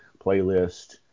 playlist